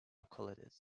accolades